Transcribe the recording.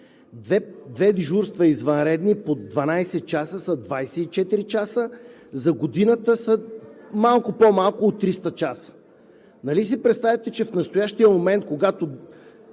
дежурства по 12 часа са 24 часа. За годината са малко по-малко от 300 часа. Нали си представяте, че в настоящия момент, когато